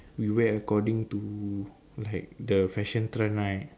we wear according to like the fashion trend right